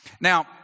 Now